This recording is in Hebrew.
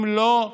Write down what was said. אם לא,